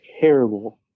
terrible